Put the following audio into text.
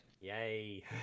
Yay